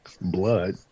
blood